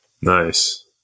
Nice